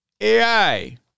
AI